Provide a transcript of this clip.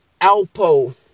Alpo